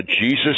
Jesus